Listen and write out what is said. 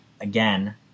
again